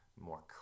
more